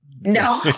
No